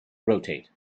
rotate